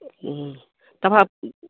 তাৰপৰা